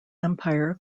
empire